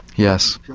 yes,